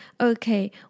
okay